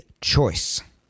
choice